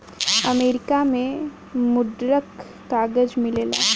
America में मुद्रक कागज मिलेला